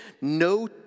no